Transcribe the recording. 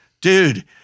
Dude